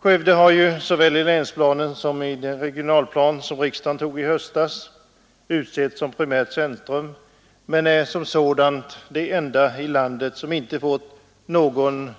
Skövde har såväl i länsplanen som i den regionalplan som riksdagen antog i höstas utsetts till primärt centrum men är som sådant det enda i landet som inte fått någon